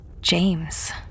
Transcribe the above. James